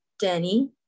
Danny